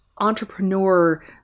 entrepreneur